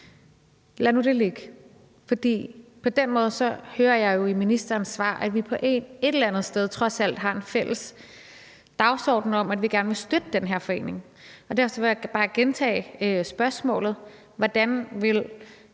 Lad nu det ligge. På den måde hører jeg jo i ministerens svar, at vi et eller andet sted trods alt har en fælles dagsorden om, at vi gerne vil støtte den her forening. Derfor vil jeg bare gentage spørgsmålet: Hvordan vil